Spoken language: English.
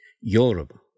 Europe